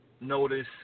notice